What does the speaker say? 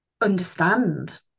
understand